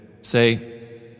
Say